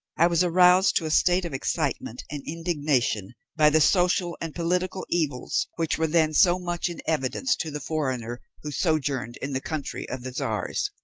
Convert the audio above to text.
i was aroused to a state of excitement and indignation by the social and political evils which were then so much in evidence to the foreigner who sojourned in the country of the czars.